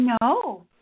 No